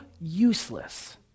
useless